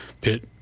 pit